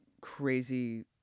crazy